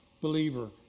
believer